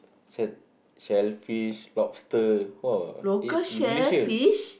sell~ shellfish lobsters !wah! it's delicious